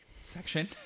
Section